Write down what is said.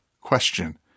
Question